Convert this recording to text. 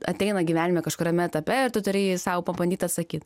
ateina gyvenime kažkuriame etape ir tu turi jį sau pabandyt atsakyt